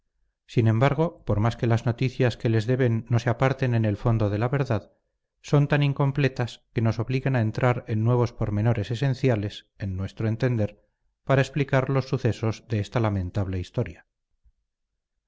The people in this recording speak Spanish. sin embargo por más que las noticias que les deben no se aparten en el fondo de la verdad son tan incompletas que nos obligan a entrar en nuevos pormenores esenciales en nuestro entender para explicar los sucesos de esta lamentable historia